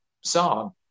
song